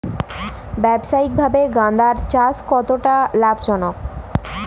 ব্যবসায়িকভাবে গাঁদার চাষ কতটা লাভজনক?